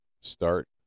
start